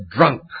drunk